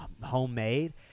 homemade